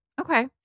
Okay